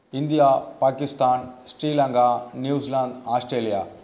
India Pakistan Sri Lanka New Zealand Australia